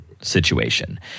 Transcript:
situation